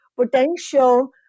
potential